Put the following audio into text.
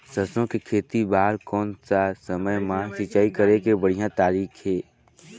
सरसो के खेती बार कोन सा समय मां सिंचाई करे के बढ़िया तारीक हे?